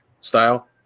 style